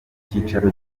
cyicaro